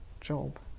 job